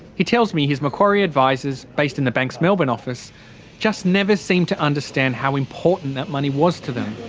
he tells me his macquarie advisers based in the bank's melbourne office just never seemed to understand how important that money was to them.